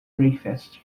breakfast